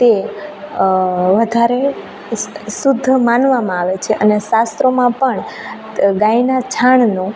તે વધારે સુ શુદ્ધ માનવામાં આવે છે અને શાસ્ત્રોમાં પણ ગાયના છાણનું